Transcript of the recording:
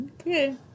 Okay